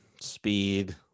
speed